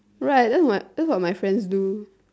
right that's what that's what my friends do